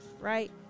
right